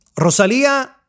Rosalia